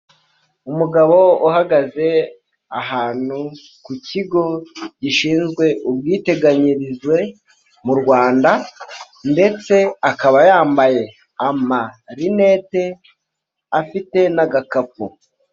Umugabo uhagaze ahantu ku kigo gishinzwe ubwiteganyirize mu Rwanda, ndetse akaba yambaye amarinete afite n'agakapu.